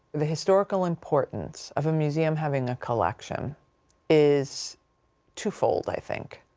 the historical importance of a museum having a collection is two-fold i think.